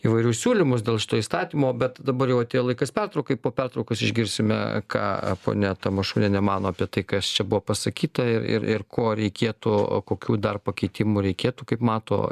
įvairius siūlymus dėl šito įstatymo bet dabar jau atėjo laikas pertraukai po pertraukos išgirsime ką ponia tamašunienė mano apie tai kas čia buvo pasakyta ir ir ir ko reikėtų kokių dar pakeitimų reikėtų kaip mato